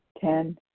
Ten